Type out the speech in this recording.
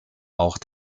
auch